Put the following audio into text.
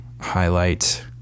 highlight